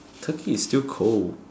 Turkey is still cold